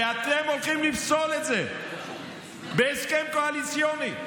ואתם הולכים לפסול את זה בהסכם קואליציוני.